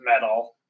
metal